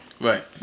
Right